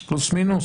12,000 פלוס מינוס?